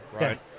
right